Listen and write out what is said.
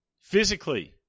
Physically